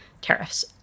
tariffs